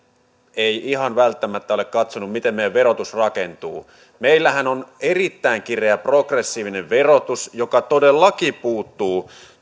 ei ihan välttämättä ole katsonut miten meidän verotuksemme rakentuu meillähän on erittäin kireä progressiivinen verotus joka todellakin puuttuu